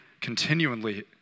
continually